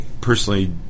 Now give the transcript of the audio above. personally